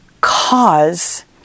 cause